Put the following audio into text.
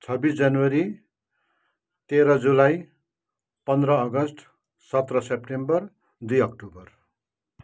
छब्बिस जनवरी तेह्र जुलाई पन्ध्र अगस्ट सत्र सेप्टेम्बर दुई अक्टोबर